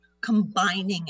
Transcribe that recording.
combining